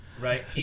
right